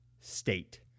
State